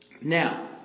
Now